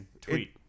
tweet